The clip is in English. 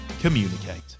Communicate